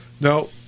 Now